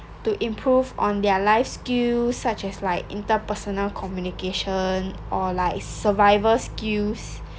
to improve on their life skills such as like interpersonal communication or like survival skills